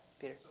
Peter